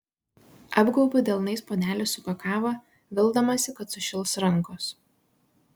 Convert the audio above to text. apgaubiu delnais puodelį su kakava vildamasi kad sušils rankos